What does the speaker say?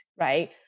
Right